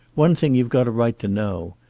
one thing you've got a right to know.